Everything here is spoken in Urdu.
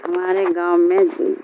ہمارے گاؤں میں